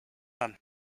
run